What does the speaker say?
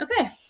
Okay